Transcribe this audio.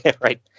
Right